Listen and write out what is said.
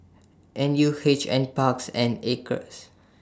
N U H NParks and Acres